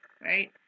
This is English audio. right